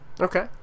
okay